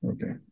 Okay